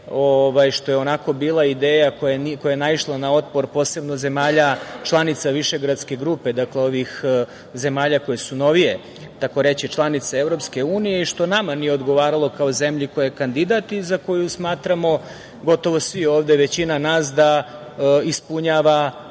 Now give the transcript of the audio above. što je onako bila ideja koja je naišla na otpor, posebno zemalja članica višegradske grupe, dakle, ovih zemalja koje su novije, takoreći članice EU i što nama nije odgovaralo, kao zemlji koja je kandidat i za koju smatramo gotovo svi ovde, većina nas da ispunjava